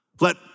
let